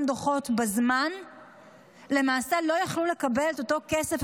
דוחות בזמן למעשה לא יכלו לקבל את הכסף,